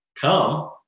come